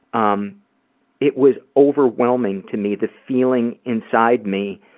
um it was overwhelming to me, the feeling inside me,